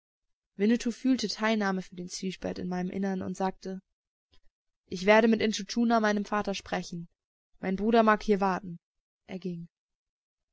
winnetou fühlte teilnahme für den zwiespalt in meinem innern und sagte ich werde mit intschu tschuna meinem vater sprechen mein bruder mag hier warten er ging